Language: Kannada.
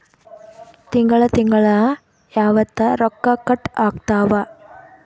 ತಿಂಗಳ ತಿಂಗ್ಳ ಯಾವತ್ತ ರೊಕ್ಕ ಕಟ್ ಆಗ್ತಾವ?